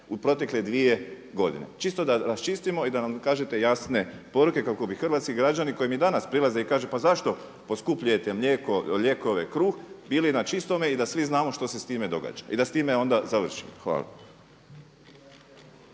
u protekle dvije godine. Čisto da raščistimo i da nam kažete jasne poruke kako bi hrvatski građani koji mi i danas prilaze i kažu pa zašto poskupljujete mlijeko, lijekove, kruh bili na čistome i da svi znamo što se s time događa i da s time onda završimo. Hvala.